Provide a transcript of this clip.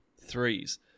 threes